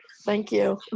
thank you